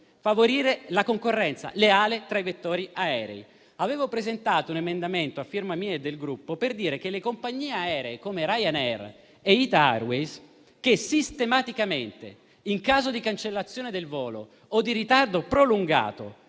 favorire la concorrenza leale tra i vettori aerei. Avevo presentato un emendamento a firma mia e del Gruppo per dire che le compagnie aeree, come Ryanair e ITA Airways, che sistematicamente, in caso di cancellazione del volo o di ritardo prolungato,